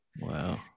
Wow